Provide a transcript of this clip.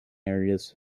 areas